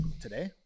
Today